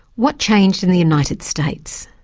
what changed in the united states?